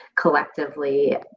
collectively